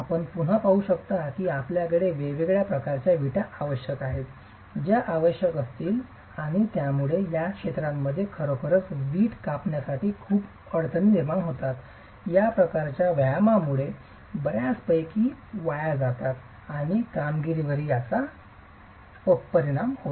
आपण पुन्हा पाहू शकता की आपल्याकडे वेगवेगळ्या आकाराचे विटा आवश्यक आहेत ज्या आवश्यक असतील आणि यामुळे त्या क्षेत्रामध्ये खरोखर वीट कापण्यासाठी खूप अडचणी निर्माण होतात या प्रकारच्या व्यायामामुळे बर्यापैकी वाया जातात आणि कारागिरीवरही परिणाम होतो